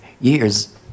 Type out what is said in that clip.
years